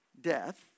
death